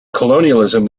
colonialism